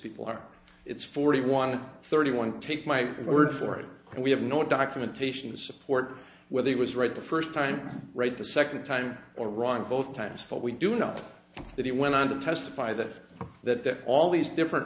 people are it's forty one and thirty one take my word for it and we have no documentation to support whether it was right the first time right the second time or wrong both times but we do know that it went on to testify that that all these different